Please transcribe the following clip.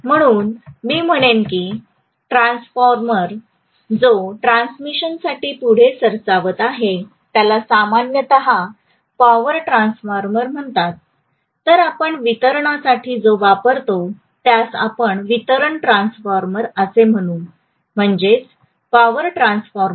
म्हणून मी म्हणेन की ट्रान्सफॉर्मर जो ट्रान्समिशनसाठी पुढे सरसावत आहे त्याला सामान्यत पॉवर ट्रान्सफॉर्मर असे म्हणतात तर आपण वितरणासाठी जे वापरतो त्यास आपण वितरण ट्रान्सफॉर्मर असे म्हणू म्हणजे पॉवर ट्रान्सफॉर्मर्स